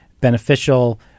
beneficial